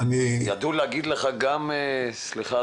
לפני שנצלול לעניין שלשמו התכנסנו,